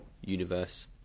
universe